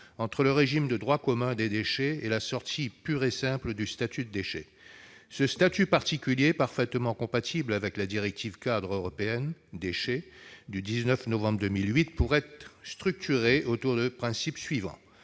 entre le régime de droit commun des déchets et la sortie pure et simple du statut de déchet. Ce statut particulier, parfaitement compatible avec la directive-cadre européenne sur les déchets du 19 novembre 2008, pourrait être structuré autour des principes suivants.